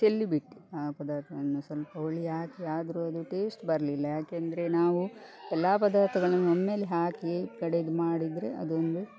ಚೆಲ್ಲಿ ಬಿಟ್ಟೆ ಆ ಪದಾರ್ಥವನ್ನು ಸ್ವಲ್ಪ ಹುಳಿ ಹಾಕಿ ಆದರೂ ಅದು ಟೇಸ್ಟ್ ಬರಲಿಲ್ಲ ಯಾಕೆಂದರೆ ನಾವು ಎಲ್ಲ ಪದಾರ್ಥಗಳನ್ನು ಒಮ್ಮೆಲೆ ಹಾಕಿ ಕಡೆದು ಮಾಡಿದರೆ ಅದೊಂದು